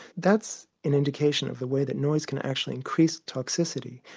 that's an indication of the way that noise can actually increase toxicity,